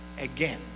again